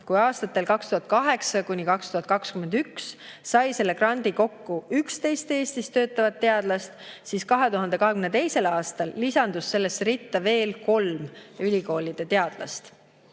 Kui aastatel 2008–2021 sai selle grandi kokku 11 Eestis töötavat teadlast, siis 2022. aastal lisandus sellesse ritta veel kolm ülikoolide teadlast.